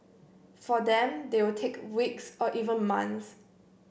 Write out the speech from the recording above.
for them they will take weeks or even months